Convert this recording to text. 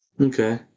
Okay